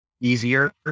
easier